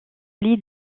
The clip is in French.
lit